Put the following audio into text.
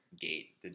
gate